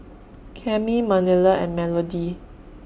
Cami Manilla and Melodie